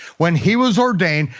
when he was ordained,